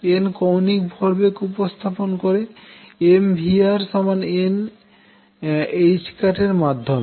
n কৌণিক ভরবেগ উপস্থাপন করে mvr n ℏ এর মাধ্যমে